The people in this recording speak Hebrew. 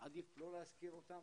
שעדיף לא להזכיר אותם,